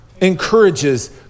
encourages